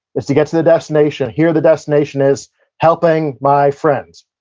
is to get to the destination. here, the destination is helping my friend,